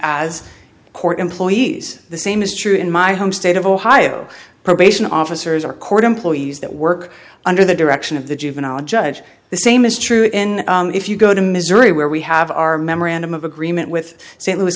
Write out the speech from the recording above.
court employees the same is true in my home state of ohio probation officers or court employees that work under the direction of the juvenile judge the same is true in if you go to missouri where we have our memorandum of agreement with st louis